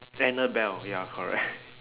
annabelle ya correct